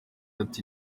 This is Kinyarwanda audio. ati